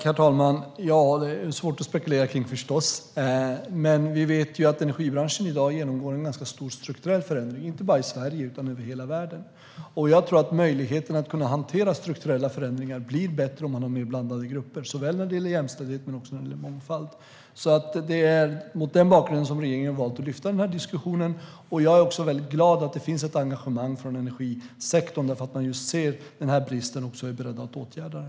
Herr talman! Det är förstås svårt att spekulera i. Men vi vet ju att energibranschen i dag genomgår en ganska stor strukturell förändring, inte bara i Sverige utan över hela världen, och jag tror att möjligheterna att hantera strukturella förändringar blir bättre om man har mer blandade grupper när det gäller såväl jämställdhet som mångfald. Det är mot den bakgrunden som regeringen har valt att lyfta fram den här diskussionen. Jag är glad att det finns ett engagemang i energisektorn. Man ser den här bristen och är beredd att åtgärda den.